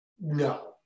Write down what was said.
No